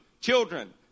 children